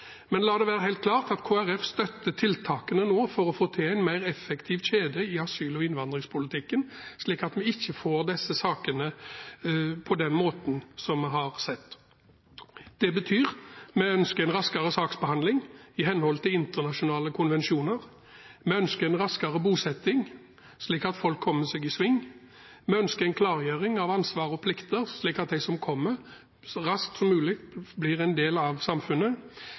Men la det være helt klart at Kristelig Folkeparti støtter tiltakene for å få til en mer effektiv kjede i asyl- og innvandringspolitikken, slik at vi ikke får slike saker på den måten som vi har sett. Det betyr: Vi ønsker en raskere saksbehandling i samsvar med internasjonale konvensjoner, vi ønsker en raskere bosetting, slik at folk kommer seg i sving, vi ønsker en klargjøring av ansvar og plikter, slik at de som kommer, så raskt som mulig blir en del av samfunnet.